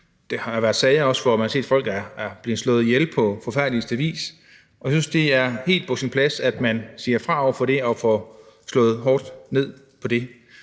Der har jo været sager, hvor man har set, at folk er blevet slået ihjel på forfærdeligste vis. Jeg synes, det er helt på sin plads, at man siger fra over for det og får slået hårdt ned på det.